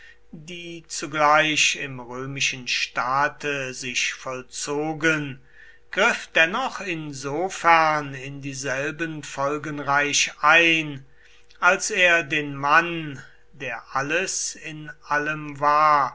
die zugleich im römischen staate sich vollzogen griff dennoch insofern in dieselben folgenreich ein als er den mann der alles in allem war